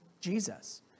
Jesus